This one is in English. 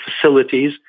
facilities